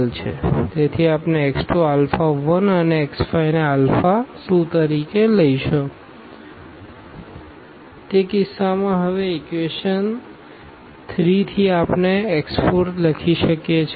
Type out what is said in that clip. તેથી આપણે x 2 alpha 1 અને x 5 ને આલ્ફા 2 તરીકે લઈશું તે કિસ્સામાં હવે આ ઇક્વેશન 3 થી આપણે x 4 લખી શકીએ છીએ